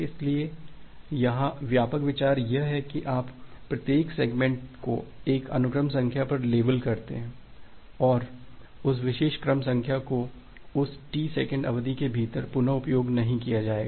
इसलिए यहां व्यापक विचार यह है कि आप प्रत्येक सेगमेंट को एक अनुक्रम संख्या पर लेबल करते हैं और उस विशेष क्रम संख्या का उस टी सेकंड अवधि के भीतर पुन उपयोग नहीं किया जाएगा